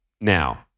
now